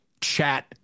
chat